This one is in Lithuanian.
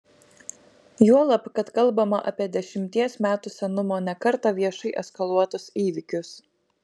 juolab kad kalbama apie dešimties metų senumo ne kartą viešai eskaluotus įvykius